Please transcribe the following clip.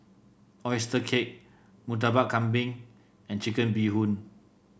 oyster cake Murtabak Kambing and Chicken Bee Hoon